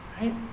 right